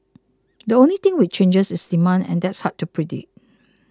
the only thing which changes is demand and that's hard to predict